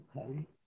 Okay